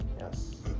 Yes